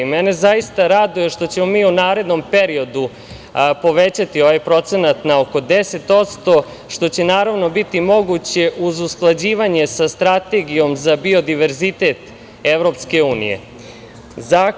Mene zaista raduje što ćemo mi u narednom periodu povećati ovaj procenat na oko 10%, što će biti moguće uz usklađivanje sa Strategijom za biodiverzitet Evropske unije.